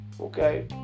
Okay